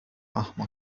أحمق